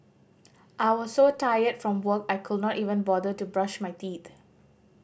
I was so tired from work I could not even bother to brush my teeth